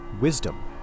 Wisdom